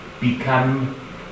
become